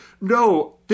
no